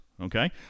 okay